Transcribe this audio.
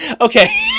Okay